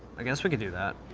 i guess we could do that.